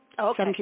Okay